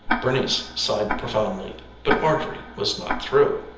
bernice sighed profoundly, but marjorie was not through.